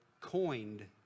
coined